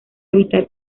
evitar